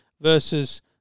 versus